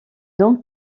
don